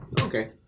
Okay